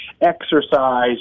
exercise